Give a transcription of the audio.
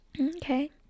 Okay